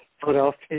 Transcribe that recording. Philadelphia